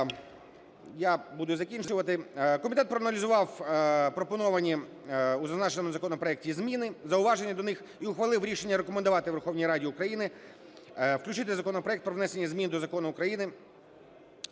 Я буду закінчувати. Комітет проаналізував пропоновані у зазначеному законопроекті зміни, зауваження до них і ухвалив рішення рекомендувати Верховній Раді України включити законопроект про внесення змін до закону України